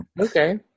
okay